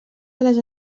ales